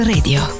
Radio